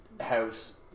house